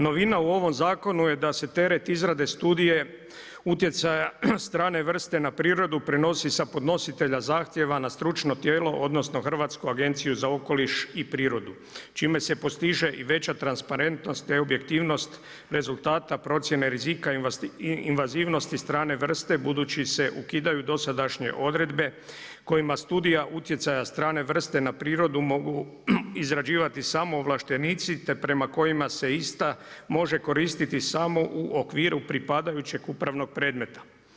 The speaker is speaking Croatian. Novina u ovom zakonu je tereti izrade studije utjecaja strane vrste na prirodu prenosi sa podnositelja zahtjeva na stručno tijelo odnosno Hrvatsku agenciju za okoliš i prirodu čime se postiže i veća transparentnost te objektivnost rezultata procjene rizika invazivnosti strane vrste budući se ukidaju dosadašnje odredbe kojima studija utjecaja strane vrste na prirodu mogu izrađivati samo ovlaštenici te prema kojima se ista može koristiti samo u okviru pripadajućeg upravnog predmeta.